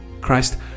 Christ